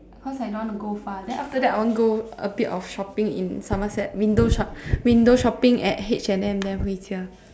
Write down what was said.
cause I don't want go far then after that I want go a bit of shopping in somerset window shopping at H&M then 回家